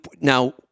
Now